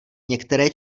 některé